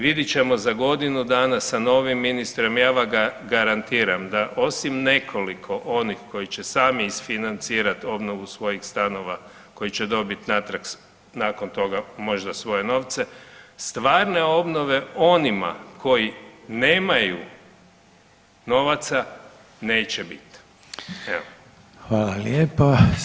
Vidjet ćemo za godinu dana sa novim ministrom, ja vam garantiram da osim nekoliko onih koji će sami isfinancirati obnovu svojih stanova koji će dobit natrag nakon toga možda svoje novce, stvarne obnove onima koji nemaju novaca neće bit.